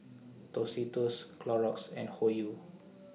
Tostitos Clorox and Hoyu